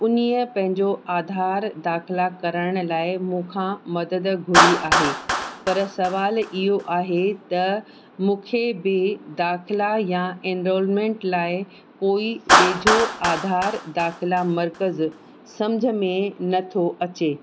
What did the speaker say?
उनीअ पंहिंजो आधार दाखिला करण लाइ मूंखां मदद घुरी आहे पर सवालु इहो आहे त मूंखे बि दाखिला या एनरोलमेंट लाइ कोई वेझो आधार दाखिला मर्कज़ सम्झ में नथो अचे